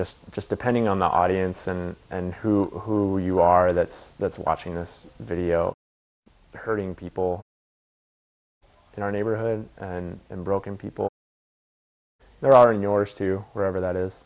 just just depending on the audience and and who you are that that's watching this video hurting people in our neighborhood and in broken people there are in yours too wherever that